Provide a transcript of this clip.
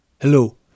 Hello